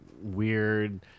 weird